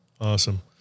Awesome